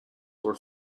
were